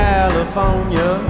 California